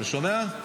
אתה שומע?